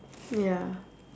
ya